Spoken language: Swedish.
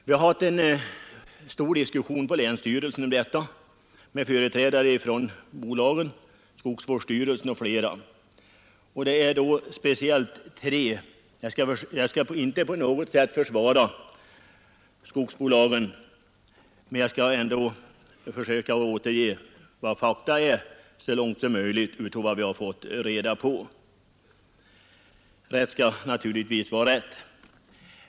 Vi har haft en stor diskussion på länsstyrelsen om detta med företrädare för bolagen, skogsvårdsstyrelsen och flera andra. Jag skall inte på något sätt försvara skogsbolagen, men jag skall ändå försöka att så långt som möjligt återge de fakta vi fått reda på — i debatten har många skjutit över — rätt skall naturligtvis vara rätt.